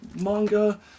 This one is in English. manga